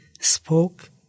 spoke